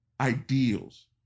ideals